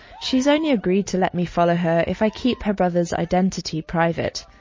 she's only agreed to let me follow her if i keep her brother's identity private.